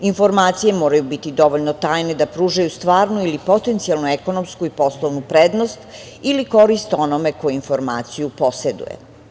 Informacije moraju biti dovoljno tajne da pružaju stvarnu ili potencijalnu ekonomsku i poslovnu prednost ili korist onome ko informaciju poseduje.